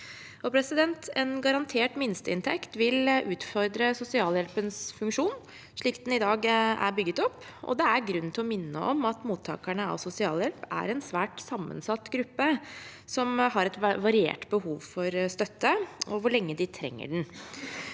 behovet. En garantert minsteinntekt vil utfordre sosialhjelpens funksjon, slik den i dag er bygget opp, og det er grunn til å minne om at mottakerne av sosialhjelp er en svært sammensatt gruppe som har et variert behov for støtte, og også med tanke på